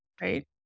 right